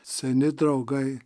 seni draugai